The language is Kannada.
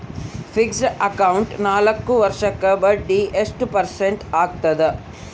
ಫಿಕ್ಸೆಡ್ ಅಕೌಂಟ್ ನಾಲ್ಕು ವರ್ಷಕ್ಕ ಬಡ್ಡಿ ಎಷ್ಟು ಪರ್ಸೆಂಟ್ ಆಗ್ತದ?